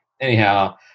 anyhow